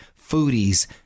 Foodies